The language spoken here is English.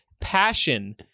Passion